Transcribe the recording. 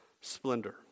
splendor